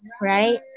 right